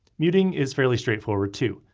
muting is fairly straightforward too.